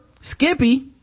skippy